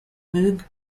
moog